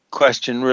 question